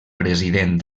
president